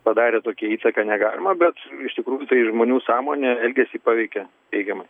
padarė tokią įtaką negalima bet iš tikrųjų tai žmonių sąmonė elgesį paveikė teigiamai